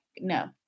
no